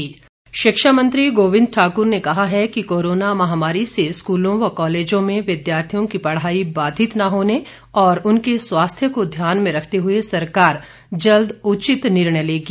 गोविंद ठाकर शिक्षा मंत्री गोविंद ठाकुर ने कहा है कि कोरोना महामारी से स्कूलों व कॉलेजों में विद्यार्थियों की पढ़ाई बाधित न होने और उनके स्वास्थ्य को ध्यान में रखते हुए सरकार जल्द उचित निर्णय लेगी